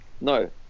No